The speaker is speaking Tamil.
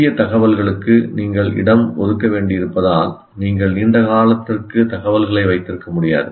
புதிய தகவல்களுக்கு நீங்கள் இடம் ஒதுக்க வேண்டியிருப்பதால் நீங்கள் நீண்ட காலத்திற்கு தகவல்களை வைத்திருக்க முடியாது